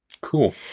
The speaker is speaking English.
Cool